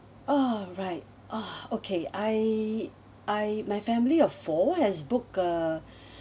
oh right oh okay I I my family of four has booked a